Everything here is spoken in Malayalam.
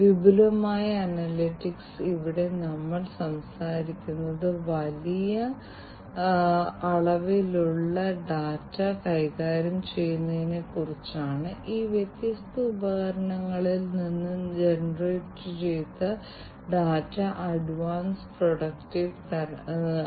അതിനാൽ അടിസ്ഥാനപരമായി വ്യാവസായിക ആപ്ലിക്കേഷനുകൾക്കായുള്ള ഐഒടിയെക്കുറിച്ചാണ് IIoT സംസാരിക്കുന്നത് വ്യവസായത്തിലെ സുരക്ഷ തൊഴിലാളികളുടെ സുരക്ഷ എർഗണോമിക് അവസ്ഥകൾ തുടങ്ങിയ വ്യവസായങ്ങളിലെ തൊഴിൽ സാഹചര്യം വർദ്ധിപ്പിക്കുന്നതിനോ മെച്ചപ്പെടുത്തുന്നതിനോ ഈ IIoT ഉപയോഗിക്കുക എന്നതാണ് മൊത്തത്തിലുള്ള ആശയം